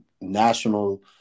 national